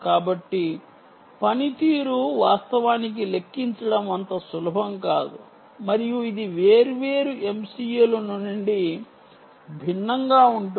కాబట్టి పనితీరు వాస్తవానికి లెక్కించడం అంత సులభం కాదు మరియు ఇది వేర్వేరు MCU ల నుండి భిన్నంగా ఉంటుంది